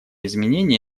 изменения